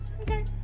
okay